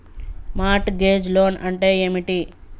Mart gauge loan అంటే ఏమిటి?